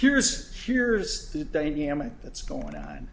here's here's the dynamic that's going on